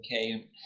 Okay